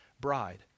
bride